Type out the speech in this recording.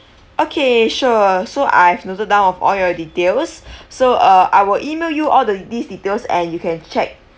okay sure so I've noted down of all your details so uh I will email you all the these details and you can check